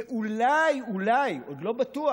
ואולי, אולי, עוד לא בטוח,